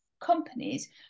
companies